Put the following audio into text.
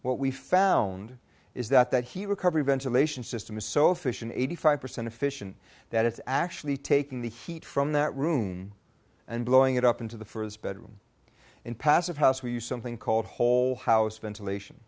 what we found is that that he recovery ventilation system is so fission eighty five percent efficient that it's actually taking the heat from that room and blowing it up into the for his bedroom in passive house we use something called whole house ventilation